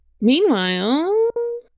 meanwhile